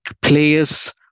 players